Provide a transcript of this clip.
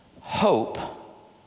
Hope